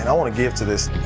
and i want to give to this.